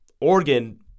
Oregon